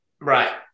Right